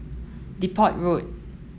Depot Road